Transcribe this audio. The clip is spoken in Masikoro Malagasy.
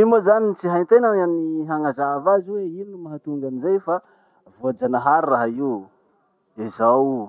Io moa zany tsy haitena ny amy hanazava azy hoe ino mahatonga anizay fa voajanahary raha io. Le zao o.